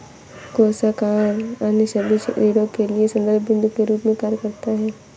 कोषागार अन्य सभी ऋणों के लिए संदर्भ बिन्दु के रूप में कार्य करता है